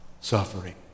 suffering